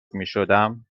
میشدم